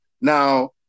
Now